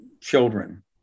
children